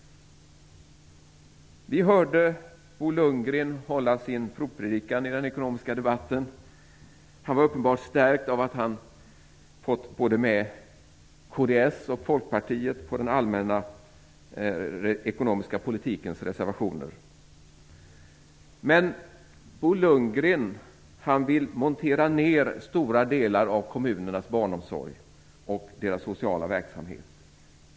Vi hörde Bo Lundgren hålla sin provpredikan i den ekonomiska debatten. Han var uppenbart stärkt av att han har fått med både kds och Folkpartiet på reservationerna om den allmänna ekonomiska politiken. Men Bo Lundgren vill montera ned stora delar av kommunernas barnomsorg och deras sociala verksamhet.